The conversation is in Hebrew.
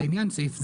לעניין סעיף זה,